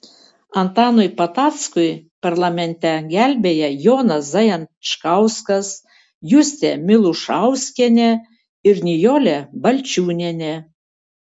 antanui patackui parlamente gelbėja jonas zajančkauskas justė milušauskienė ir nijolė balčiūnienė